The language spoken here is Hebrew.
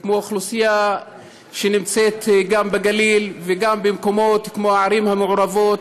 וכמו האוכלוסייה שנמצאת גם בגליל וגם במקומות כמו הערים המעורבות,